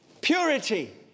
purity